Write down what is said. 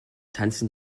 tanzen